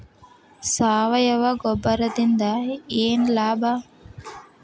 ಸಾವಯವ ಗೊಬ್ಬರದಿಂದ ಏನ್ ಲಾಭ?